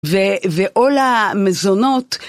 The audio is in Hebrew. ועול המזונות